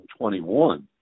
21